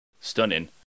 stunning